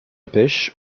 pêche